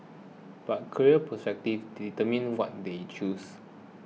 but career prospects determined what they chose